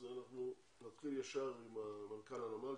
אז אנחנו נתחיל ישר עם מנכ"ל הנמל.